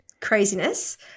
craziness